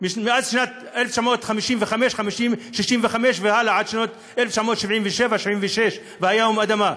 בשנת 1965 והלאה עד שנת 1977-1976, ויום האדמה.